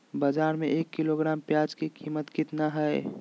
बाजार में एक किलोग्राम प्याज के कीमत कितना हाय?